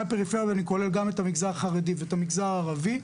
ואני כולל בזה גם את המגזר החרדי וגם את המגזר הערבי,